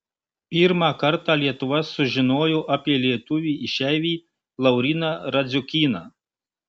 pirmą kartą lietuva sužinojo apie lietuvį išeivį lauryną radziukyną